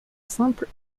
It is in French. simple